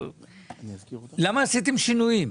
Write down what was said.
למה עשיתם שינויים?